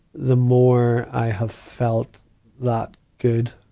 the more i have felt that good,